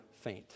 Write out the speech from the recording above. faint